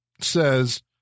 says